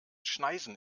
schneisen